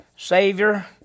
Savior